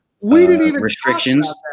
restrictions